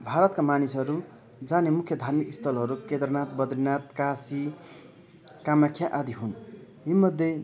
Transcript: भारतका मानिसहरू जाने मुख्य धार्मिक स्थलहरू केदारनाथ बद्रीनाथ काशी कामाख्या आदि हुन् यी मध्ये